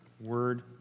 word